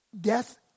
death